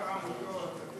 חוק העמותות, אתם